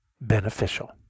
beneficial